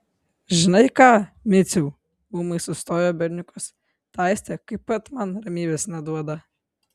žinai ką miciau ūmai sustojo berniukas ta aistė kaip pat man ramybės neduoda